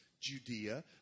Judea